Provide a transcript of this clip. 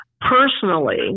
Personally